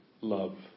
love